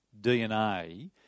dna